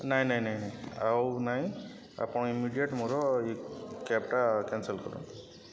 ନାହିଁ ନାହିଁ ନାହିଁ ଆଉ ନାହିଁ ଆପଣ ଇମିଡ଼ିଏଟ୍ ମୋର ଏଇ କ୍ୟାବ୍ଟା କ୍ୟାନସଲ୍ କରନ୍ତୁ